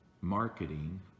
marketing